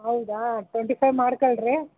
ಹೌದಾ twenty five ಮಾಡ್ಕಳಿ ರೀ